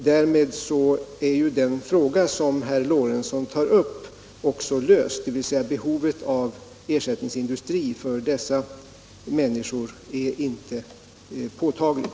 Därmed är den fråga som herr Lorentzon tar upp också löst, eftersom behovet av ersättningsindustri för dessa människor inte är påtagligt.